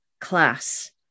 class